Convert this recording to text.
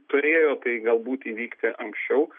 turėjo tai galbūt įvykti anksčiau